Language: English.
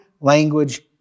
language